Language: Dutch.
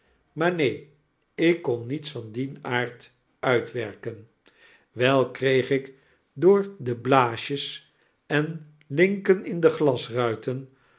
maar neen ik kon nietsvan dien aard uitwerken wei kreeg ik door de blaasjes en linken in de